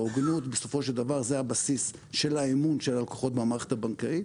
ההוגנות בסופו של דבר זה הבסיס של האמון של הלקוחות במערכת הבנקאית,